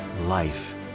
life